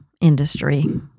industry